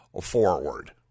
forward